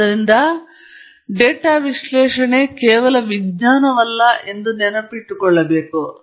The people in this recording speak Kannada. ಆದ್ದರಿಂದ ಡೇಟಾ ವಿಶ್ಲೇಷಣೆ ಕೇವಲ ವಿಜ್ಞಾನವಲ್ಲ ಎಂದು ನೀವು ನೆನಪಿನಲ್ಲಿಟ್ಟುಕೊಳ್ಳಬೇಕು